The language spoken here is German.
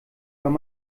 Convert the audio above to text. wenn